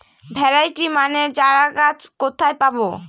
Variety মানের চারাগাছ কোথায় পাবো?